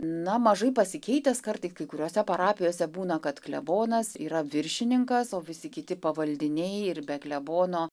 na mažai pasikeitęs kartais kai kuriose parapijose būna kad klebonas yra viršininkas o visi kiti pavaldiniai ir be klebono